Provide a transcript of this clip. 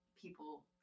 people